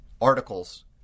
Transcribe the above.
articles